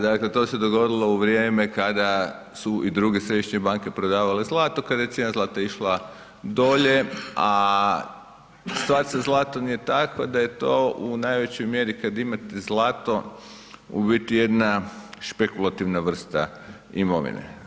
Dakle, to se dogodilo u vrijeme kada su i druge središnje banke prodavale zlato, kada je cijena zlata išla dolje, a situacija sa zlatom je takva da je to u najvećoj mjeri kada imate zlato u biti jedna špekulativna vrsta imovine.